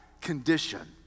condition